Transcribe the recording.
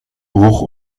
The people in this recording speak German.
bruch